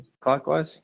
clockwise